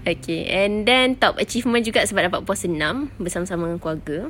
okay and then top achievement juga sebab dapat puasa enam bersama-sama keluarga